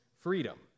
freedom